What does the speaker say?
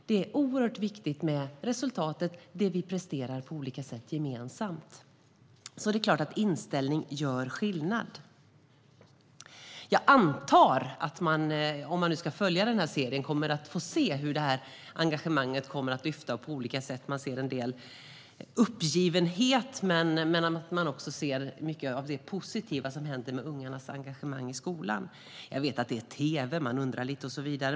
Det är oerhört viktigt med resultatet, det vi presterar gemensamt på olika sätt, så det är klart att inställning gör skillnad. Jag antar att man - om man följer serien - kommer att få se att engagemanget kommer att lyfta. Man ser en del uppgivenhet, men man ser också mycket av det positiva som händer med ungarnas engagemang i skolan. Jag vet att det är tv, och man undrar lite.